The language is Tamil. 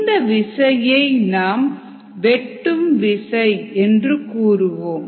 இந்த விசையை நாம் வெட்டும் விசை என்று கூறுவோம்